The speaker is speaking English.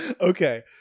Okay